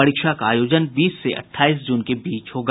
परीक्षा का आयोजन बीस से अठाईस जून के बीच होगा